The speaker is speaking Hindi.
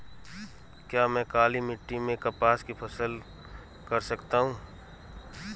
क्या मैं काली मिट्टी में कपास की फसल कर सकता हूँ?